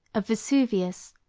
of vesuvius,